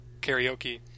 karaoke